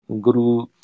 Guru